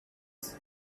proms